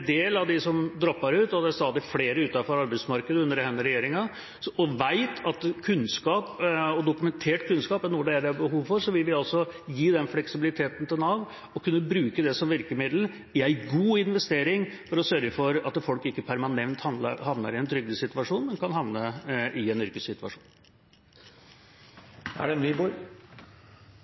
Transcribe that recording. del av dem som dropper ut – og det er stadig flere utenfor arbeidsmarkedet under denne regjeringen – og vet at dokumentert kunnskap er noe av det de har behov for, vil vi gi den fleksibiliteten til Nav for å kunne bruke det som virkemiddel. Det er en god investering for å sørge for at folk ikke permanent havner i en trygdesituasjon, men kan havne i en